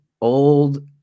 old